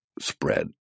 spread